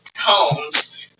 homes